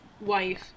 wife